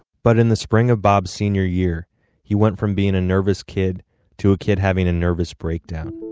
but in the spring of bob's senior year he went from being a nervous kid to a kid having a nervous breakdown.